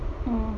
mm